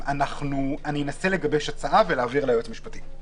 אני אנסה לגבש הצעה ולהעביר ליועץ המשפטי.